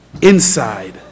inside